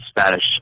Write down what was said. Spanish